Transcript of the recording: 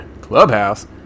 Clubhouse